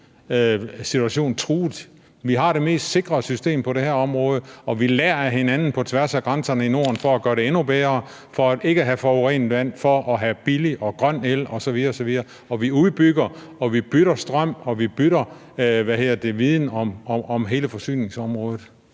situation truet? Vi har det mest sikre system på det her område, og vi lærer af hinanden på tværs af grænserne i Norden for at gøre det endnu bedre, for ikke at have forurenet vand og for at have billig og grøn el osv. osv., og vi udbygger og bytter strøm og bytter viden om hele forsyningsområdet.